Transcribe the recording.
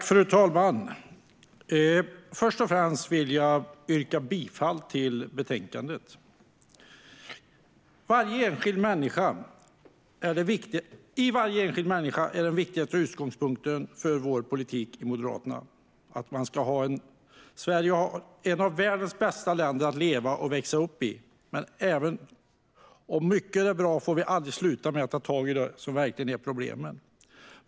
Fru talman! Först och främst vill jag yrka bifall till utskottets förslag till beslut. Varje enskild människa är den viktigaste utgångspunkten för Moderaternas politik. Sverige är ett av världens bästa länder att leva och växa upp i, men även om mycket är bra får vi aldrig sluta att ta tag i det som verkligen är problem.